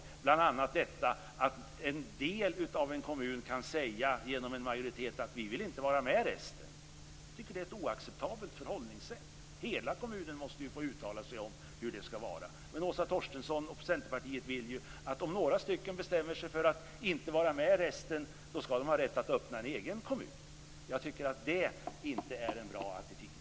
Det gäller bl.a. detta att en del av en kommun genom ett uttalande från en majoritet kan säga att den inte vill vara med resten av kommunen. Jag tycker att det är ett oacceptabelt förhållningssätt. Hela kommunen måste få uttala sig om hur det skall vara. Men Åsa Torstensson och Centerpartiet vill att det skall vara på ett annat sätt. Om några stycken bestämmer sig för att inte vara med resten skall de ha rätt att öppna en egen kommun. Jag tycker inte att det är en bra attityd.